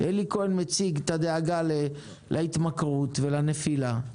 אלי כהן מציג את הדאגה להתמכרות ולנפילה.